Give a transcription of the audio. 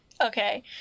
Okay